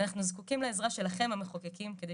אנחנו זקוקים לעזרה שלכם המחוקקים כדי